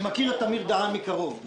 אני מכיר את אמיר דהן מקרוב.